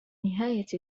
نهاية